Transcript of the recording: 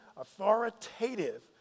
authoritative